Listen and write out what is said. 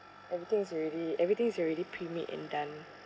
everything's already everything's already pre-made and done